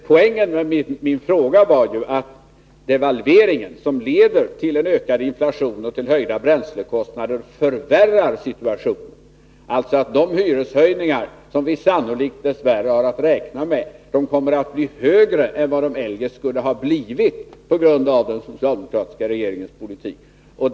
Poängen med min fråga var, att devalveringen, som leder till en ökad inflation och till höjda bränslekostnader, förvärrar situationen. De hyreshöjningar som vi sannolikt dess värre har att räkna med kommer, på grund av den socialdemokratiska regeringens politik, att bli högre än de eljest skulle ha blivit.